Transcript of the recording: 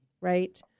right